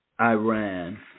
Iran